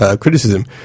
Criticism